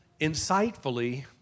insightfully